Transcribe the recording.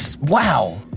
Wow